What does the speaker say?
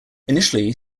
initially